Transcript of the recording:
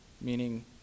meaning